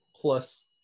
plus